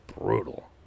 brutal